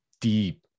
deep